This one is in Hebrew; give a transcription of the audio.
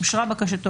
אושרה בקשתו,